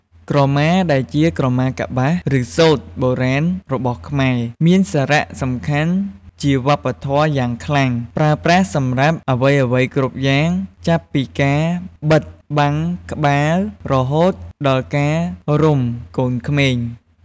ក្រមា ដែលជាក្រម៉ាកប្បាស ឬសូត្របុរាណរបស់ខ្មែរ មានសារៈសំខាន់ជាវប្បធម៌យ៉ាងខ្លាំង ប្រើប្រាស់សម្រាប់អ្វីៗគ្រប់យ៉ាង ចាប់ពីការបិទបាំងក្បាល រហូតដល់ការរុំកូនក្មេង។